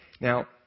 Now